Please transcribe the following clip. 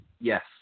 Yes